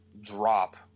drop